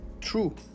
true